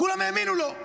כולם האמינו לו.